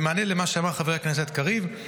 במענה למה שאמר חבר הכנסת קריב,